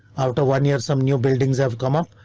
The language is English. after one year, some new buildings have come up.